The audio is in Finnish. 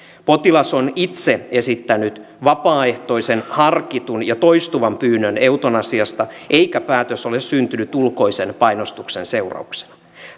potilas on itse esittänyt vapaaehtoisen harkitun ja toistuvan pyynnön eutanasiasta eikä päätös ole syntynyt ulkoisen painostuksen seurauksena